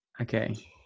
Okay